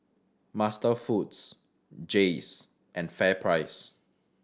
MasterFoods Jays and FairPrice